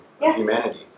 humanity